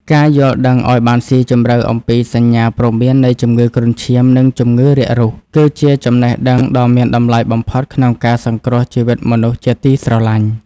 ការយល់ដឹងឱ្យបានស៊ីជម្រៅអំពីសញ្ញាព្រមាននៃជំងឺគ្រុនឈាម និងជំងឺរាករូស គឺជាចំណេះដឹងដ៏មានតម្លៃបំផុតក្នុងការសង្គ្រោះជីវិតមនុស្សជាទីស្រឡាញ់។